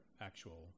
actual